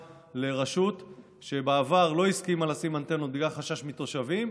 לרשות שבעבר לא הסכימה לשים אנטנות בגלל החשש של התושבים,